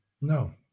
No